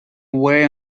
away